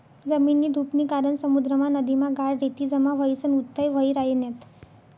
जमीननी धुपनी कारण समुद्रमा, नदीमा गाळ, रेती जमा व्हयीसन उथ्थय व्हयी रायन्यात